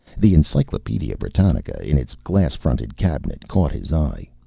the encyclopedia britannica, in its glass-fronted cabinet, caught his eye.